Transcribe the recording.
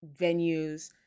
venues